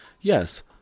Yes